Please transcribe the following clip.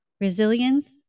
resilience